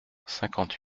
cinquante